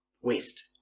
Waste